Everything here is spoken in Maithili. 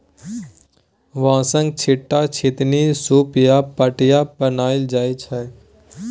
बाँसक, छीट्टा, छितनी, सुप आ पटिया बनाएल जाइ छै